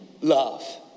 love